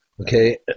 okay